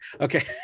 Okay